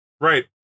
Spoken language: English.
Right